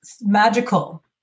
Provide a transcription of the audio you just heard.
magical